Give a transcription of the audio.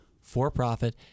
for-profit